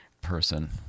person